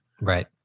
Right